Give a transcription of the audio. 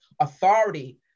authority